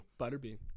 Butterbean